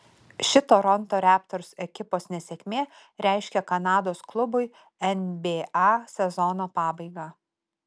ši toronto raptors ekipos nesėkmė reiškia kanados klubui nba sezono pabaigą